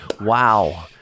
Wow